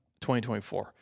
2024